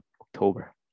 October